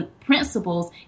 principles